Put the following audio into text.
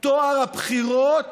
טוהר הבחירות